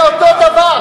בבקשה,